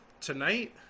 Tonight